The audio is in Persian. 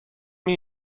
این